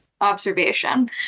observation